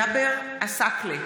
מתחייב אני ג'אבר עסאקלה,